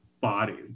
body